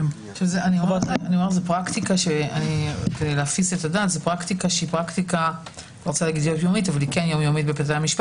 כדי להפיס את הדעת זו פרקטיקה שהיא יום-יומית בבתי המשפט